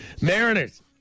Mariners